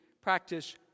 Practice